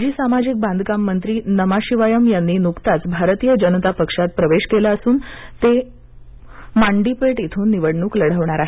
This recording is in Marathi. माजी सामाजिक बांधकाम मंत्री नमाशिवायम यांनी नुकताच भारतीय जनता पक्षात प्रवेश केला असून ते मांनाडीपेट इथून निवडणूक लढवणार आहेत